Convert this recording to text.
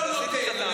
אתה לא נותן.